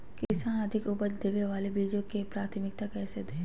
किसान अधिक उपज देवे वाले बीजों के प्राथमिकता कैसे दे?